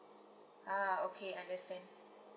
ah okay understand